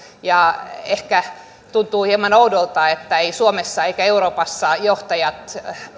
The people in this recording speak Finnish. ehkä tuntuu hieman oudolta että suomessa ja euroopassa johtajat eivät